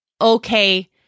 okay